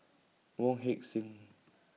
Wong Heck Sing